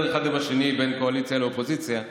אחד עם השני בין קואליציה לאופוזיציה,